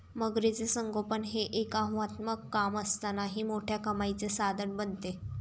मगरीचे संगोपन हे एक आव्हानात्मक काम असतानाही मोठ्या कमाईचे साधन बनते